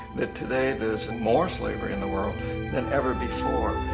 that today there is and more slavery in the world than ever before.